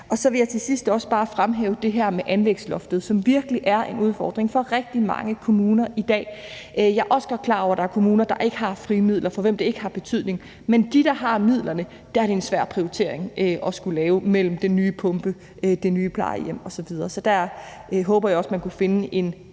Så vil jeg til sidst bare fremhæve det her med anlægsloftet, som virkelig er en udfordring for rigtig mange kommuner i dag. Jeg er også godt klar over, at der er kommuner, der ikke har frie midler, og for hvem det ikke har betydning. Men for dem, der har midlerne, er det en svær prioritering at skulle lave mellem den nye pumpe og det nye plejehjem osv. osv. Så der håber jeg, at man kunne finde en